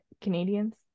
Canadians